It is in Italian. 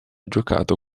giocato